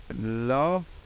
Love